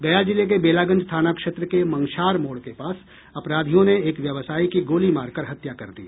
गया जिले के बेलागंज थाना क्षेत्र के मंक्षार मोड़ के पास अपराधियों ने एक व्यवसायी की गोली मारकर हत्या कर दी